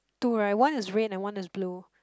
two right one is red and one is blue